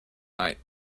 night